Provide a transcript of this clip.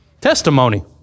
testimony